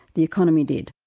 the economy did.